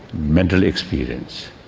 mental experience.